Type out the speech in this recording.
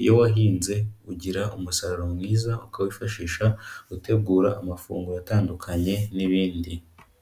Iyo wahinze ugira umusaruro mwiza, ukawifashisha utegura amafunguro atandukanye n'ibindi.